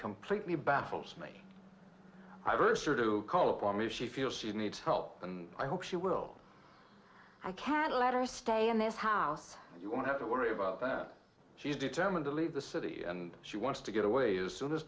completely baffles me i first heard to call on me she feels she needs help and i hope she will i can't let her stay in this house you won't have to worry about that she's determined to leave the city and she wants to get away as soon as